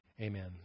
Amen